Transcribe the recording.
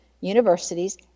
universities